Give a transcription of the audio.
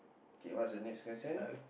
K what's the next question